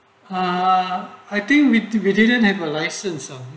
uh I think we we didn't have a license so